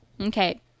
Okay